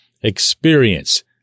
experience